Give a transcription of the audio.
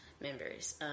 members